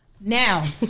Now